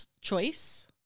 choice